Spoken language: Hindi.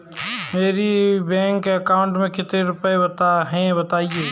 मेरे बैंक अकाउंट में कितने रुपए हैं बताएँ?